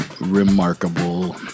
remarkable